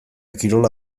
kirola